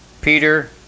Peter